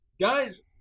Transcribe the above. Guys